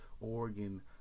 Oregon